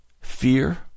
fear